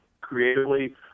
creatively